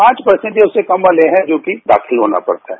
पांच पर्सेट या उससे कम वाले हैं जोकि दाखिल होना पड़ता है